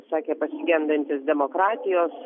sakė pasigendantis demokratijos